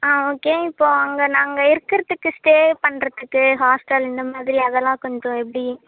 ஆ okay இப்போ அங்கே நாங்கள் இருக்கறதுக்கு ஸ்டே பண்ணுறதுக்கு ஹாஸ்டல் இந்த மாதிரி அதெல்லாம் கொஞ்சம் எப்படி